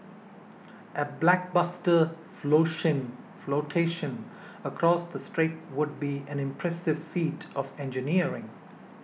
a blockbuster flotation across the strait would be an impressive feat of engineering